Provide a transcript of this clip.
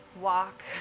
walk